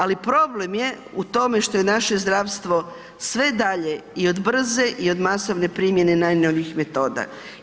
Ali problem je u tome što je naše zdravstvo sve dalje i od brze i od masovne primjene najnovijih metoda.